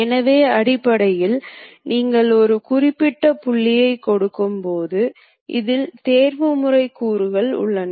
எனவே இது இந்த திசையில் X மற்றும் இந்த திசையில் Y உடன் வலது கை கோ ஆர்டினேட் அமைப்பு போன்றது